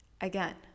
again